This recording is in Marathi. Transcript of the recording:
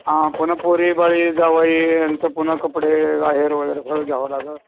हां पुन्हा पोरीबाळी जावाई यांचं पुन्हा कपडे अहेर वगैरे सगळं घ्यावं लागल